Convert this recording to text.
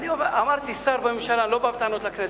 אמרתי, שר בממשלה לא בא בטענות לכנסת.